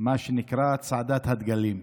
מה שנקרא צעדת הדגלים.